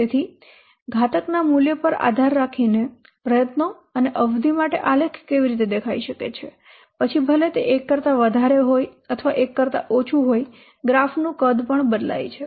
તેથી ઘાતકના મૂલ્ય પર આધાર રાખીને પ્રયત્નો અને અવધિ માટે આલેખ કેવી રીતે દેખાઈ શકે છે પછી ભલે તે 1 કરતા વધારે હોય અથવા 1 કરતા ઓછું હોય ગ્રાફનું કદ પણ બદલાય છે